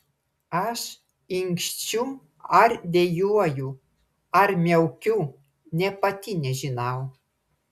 aš inkščiu ar dejuoju ar miaukiu nė pati nežinau